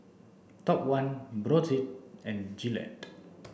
Top One Brotzeit and Gillette